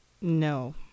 no